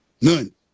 None